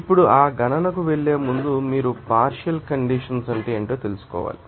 ఇప్పుడు ఆ గణనకు వెళ్ళే ముందు మీరు పార్షియల్ కండెన్సషన్ ఏమిటో తెలుసుకోవాలి